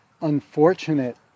unfortunate